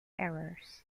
errors